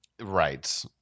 Right